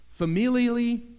familially